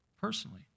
personally